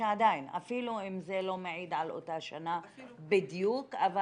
אפילו אם זה לא מעיד על אותה שנה בדיוק אבל